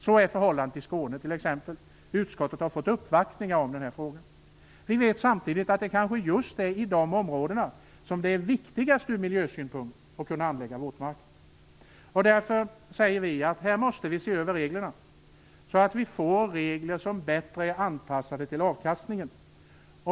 Så är förhållandet i Skåne t.ex. Utskottet har fått uppvaktningar i den här frågan. Vi vet samtidigt att det är just i de områdena som det är viktigast ur miljösynpunkt att kunna anlägga våtmarker. Därför säger vi att vi måste se över reglerna så att de blir bättre anpassade till avkastningen.